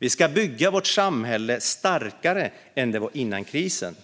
Vi ska bygga vårt samhälle starkare än det var före krisen.